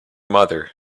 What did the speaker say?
mother